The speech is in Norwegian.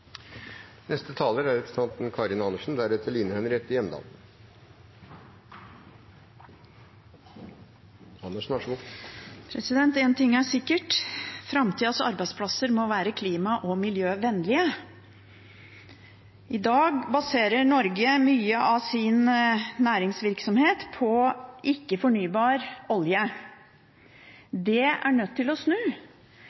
ting er sikkert: Framtidas arbeidsplasser må være klima- og miljøvennlige. I dag baserer Norge mye av sin næringsvirksomhet på ikke-fornybar olje. Det er nødt til å snu.